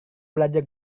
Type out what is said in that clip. belajar